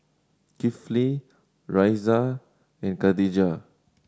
Kifli Raisya and Khatijah